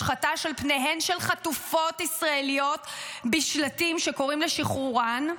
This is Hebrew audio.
השחתה של פניהן של חטופות ישראליות בשלטים שקוראים לשחרורן,